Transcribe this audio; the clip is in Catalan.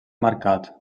marcat